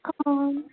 অঁ